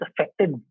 affected